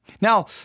Now